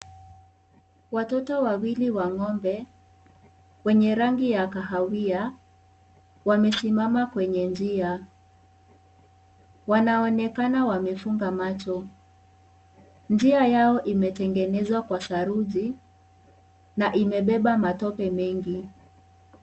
Watoto wawili wa ng'ombe, wenye rangi ya kahawia, wamesimama kwenye njia, wanaonekana wamefunga macho. Njia yao imetengenezwa kwa saruji na imebeba matope mengi.